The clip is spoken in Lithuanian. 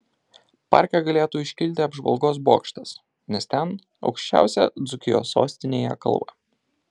parke galėtų iškilti apžvalgos bokštas nes ten aukščiausia dzūkijos sostinėje kalva